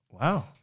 Wow